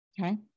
Okay